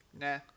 Nah